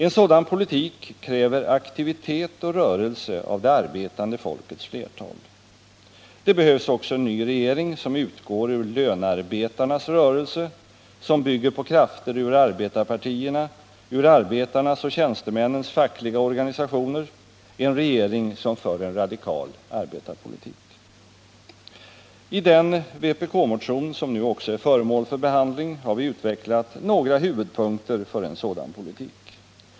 En sådan politik kräver aktivitet och rörelse av det arbetande folkets flertal. Det behövs också en ny regering, som utgår ur lönarbetarnas rörelse, som bygger på krafter ur arbetarpartierna, ur arbetarnas och tjänstemännens fackliga organisationer, en regering som för en radikal arbetarpolitik. I den vpk-motion som nu också är föremål för behandling har vi utvecklat några huvudpunkter för en sådan politik.